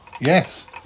Yes